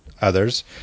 others